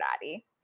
daddy